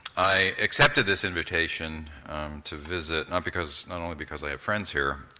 i accepted this invitation to visit, not because, not only because i have friends here,